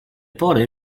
pory